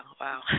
Wow